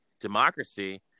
democracy